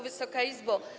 Wysoka Izbo!